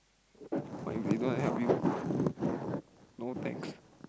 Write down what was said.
but if you don't want to help you no thanks